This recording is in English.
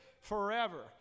forever